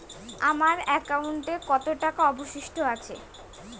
আমার একাউন্টে কত টাকা অবশিষ্ট আছে?